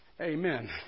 amen